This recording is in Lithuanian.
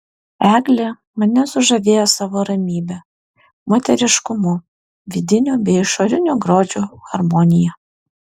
eglė mane sužavėjo savo ramybe moteriškumu vidinio bei išorinio grožio harmonija